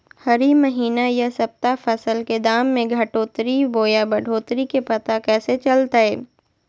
हरी महीना यह सप्ताह फसल के दाम में घटोतरी बोया बढ़ोतरी के पता कैसे चलतय?